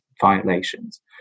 violations